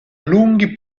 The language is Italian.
lunghi